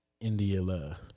India